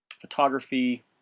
photography